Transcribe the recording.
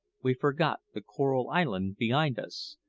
we forgot the coral island behind us,